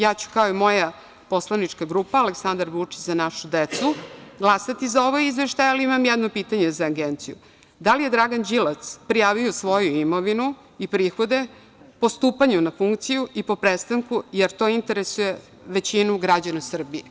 Ja ću, kao i moja poslanička grupa Aleksandar Vučić – Za našu decu, glasati za ovaj izveštaj, ali imam jedno pitanje za Agenciju – Da li je Dragan Đilas prijavio svoju imovinu i prihode po stupanju na funkciju i po prestanku, jer to interesuje većinu građana Srbije?